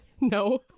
No